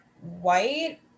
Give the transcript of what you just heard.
white